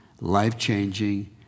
life-changing